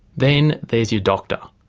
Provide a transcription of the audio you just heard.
then there's your doctor,